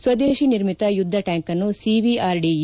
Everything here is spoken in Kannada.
ಸ್ವದೇಶಿ ನಿರ್ಮಿತ ಯುದ್ದ ಟ್ಯಾಂಕನ್ನು ಸಿವಿಆರ್ಡಿಇ